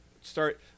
start